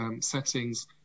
settings